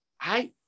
I-